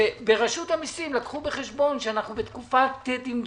שברשות המסים לקחו בחשבון שאנחנו בתקופת דמדומים.